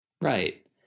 Right